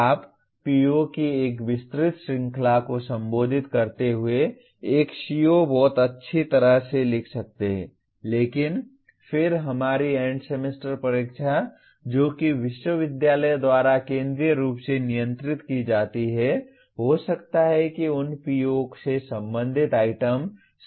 आप PO की एक विस्तृत श्रृंखला को संबोधित करते हुए एक CO बहुत अच्छी तरह से लिख सकते हैं लेकिन फिर हमारी एंड सेमेस्टर परीक्षा जो कि विश्वविद्यालय द्वारा केंद्रीय रूप से नियंत्रित की जाती है हो सकता है कि उन PO से संबंधित आइटम शामिल न हों